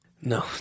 No